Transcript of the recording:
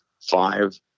five